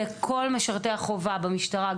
לכל משרתי החובה במשטרה,